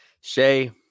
Shay